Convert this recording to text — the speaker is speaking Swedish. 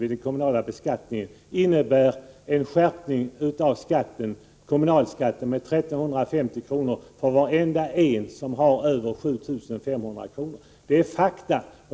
vid den kommunala beskattningen innebär en skärpning av kommunalskatten med 1 350 kr. för varenda en som har över 7 500 kr. i inkomst. Detta är fakta.